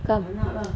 come